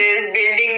building